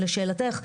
לשאלתך,